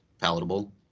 palatable